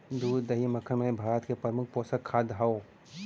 दूध दही मक्खन मलाई भारत क प्रमुख पोषक खाद्य हौ